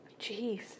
Jeez